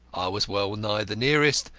was well-nigh the nearest,